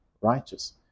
righteous